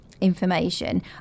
information